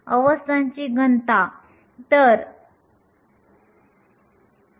तर पुढील गोष्ट म्हणजे आपण तापमानाचे कार्य म्हणून छिद्रांच्या प्रमाणातील इलेक्ट्रॉनची गणना करणे